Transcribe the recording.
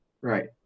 Right